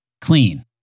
clean